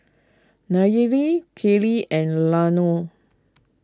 Nayeli Kellee and Launa